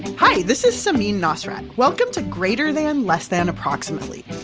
hi, this is samin nosrat. welcome to greater than, less than, approximately